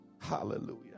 Hallelujah